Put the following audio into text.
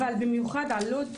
אבל במיוחד על לוד.